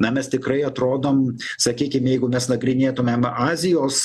na mes tikrai atrodom sakykim jeigu mes nagrinėtumėm azijos